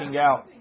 out